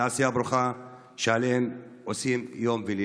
על העשייה הברוכה שהם עושים יום ולילה.